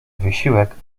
wysiłek